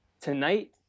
Tonight